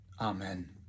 amen